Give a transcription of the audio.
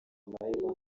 amahirwe